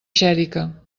xèrica